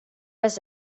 was